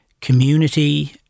community